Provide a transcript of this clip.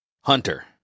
hunter